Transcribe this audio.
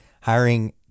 hiring